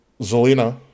Zelina